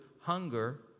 hunger